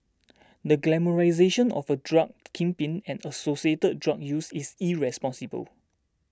the glamorisation of a drug kingpin and associated drug use is irresponsible